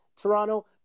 Toronto